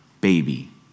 baby